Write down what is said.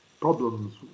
problems